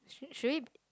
should should it